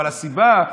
אבל הסיבה,